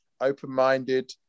open-minded